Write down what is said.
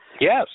Yes